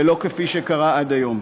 ולא כפי שקרה עד היום.